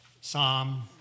Psalm